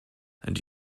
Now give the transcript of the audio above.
and